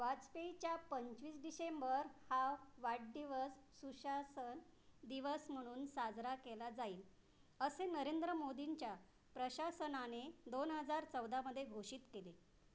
वाजपेईच्या पंचवीस डिसेंबर हा वाढदिवस सुशासन दिवस म्हणून साजरा केला जाईल असे नरेंद्र मोदींच्या प्रशासनाने दोन हजार चौदामध्ये घोषित केले